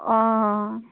অঁ